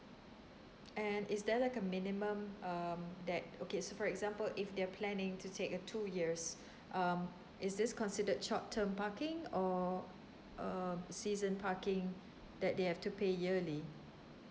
and is there like a minimum um that okay so for example if they're planning to take a two years um is this considered short term parking or um season parking that they have to pay yearly